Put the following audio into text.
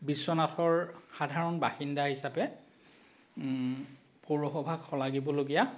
বিশ্বনাথৰ সাধাৰণ বাসিন্দা হিচাপে পৌৰসভাক শলাগিবলগীয়া